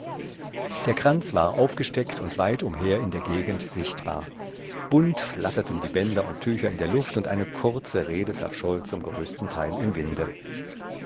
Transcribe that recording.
der kranz war aufgesteckt und weit umher in der gegend sichtbar bunt flatterten die bänder und tücher in der luft und eine kurze rede verscholl zum größten teil im winde